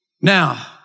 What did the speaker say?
Now